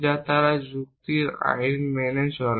যা তারা যুক্তির কিছু আইন মেনে চলে